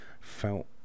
felt